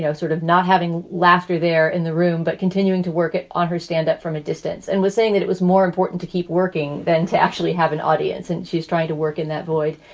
sort of not having laughter there in the room, but continuing to work it on her standup from a distance and was saying that it was more important to keep working than to actually have an audience. and she's trying to work in that void.